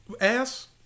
ass